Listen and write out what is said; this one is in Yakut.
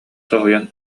соһуйан